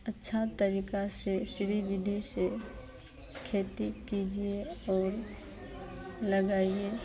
अच्छा तरीक़े से स्री विधि से खेती कीजिए और लगाइए